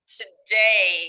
today